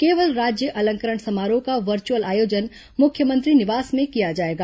केवल राज्य अलंकरण समारोह का वर्चुअल आयोजन मुख्यमंत्री निवास में किया जाएगा